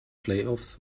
playoffs